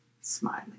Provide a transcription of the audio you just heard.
smiling